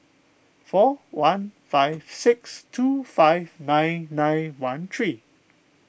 four one five six two five nine nine one three